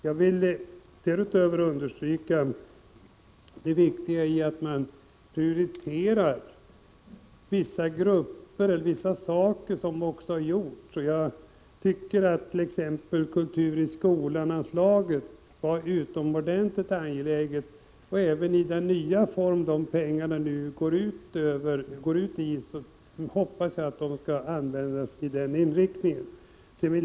Jag vill därutöver understryka det viktiga i att man prioriterar vissa grupper, vissa ting, på det sätt som också skett. Jag tycker att t.ex. anslaget till kultur i skolan var utomordentligt angeläget. Jag hoppas att dessa pengar även i den nya form som de nu går ut i skall användas med samma inriktning som tidigare.